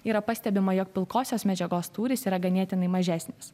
yra pastebima jog pilkosios medžiagos tūris yra ganėtinai mažesnis